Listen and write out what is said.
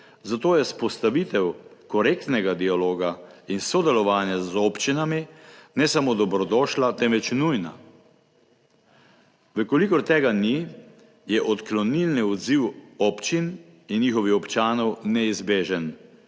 zato je vzpostavitev korektnega dialoga in sodelovanja z občinami ne samo dobrodošla, temveč nujna. V kolikor tega ni, je odklonilni odziv občin in njihovih občanov neizbežen